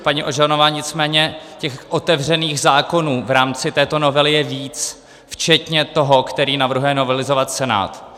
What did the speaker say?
Paní Ožanová, nicméně těch otevřených zákonů v rámci této novely je víc, včetně toho, který navrhuje novelizovat Senát.